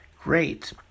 Great